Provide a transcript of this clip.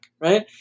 right